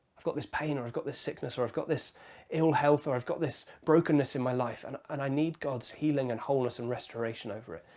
i've got this pain, or, i've got this sickness, or, i've got this ill-health, or, i've got this brokenness in my life and and i need god's healing and wholeness and restoration over it.